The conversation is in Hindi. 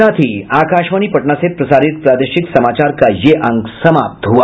इसके साथ ही आकाशवाणी पटना से प्रसारित प्रादेशिक समाचार का ये अंक समाप्त हुआ